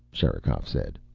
sherikov said.